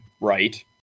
right